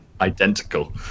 identical